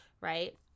right